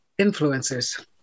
Influencers